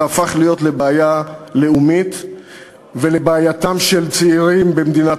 זה הפך לבעיה לאומית ולבעייתם של צעירים במדינת